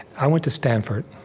i went to stanford.